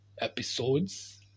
episodes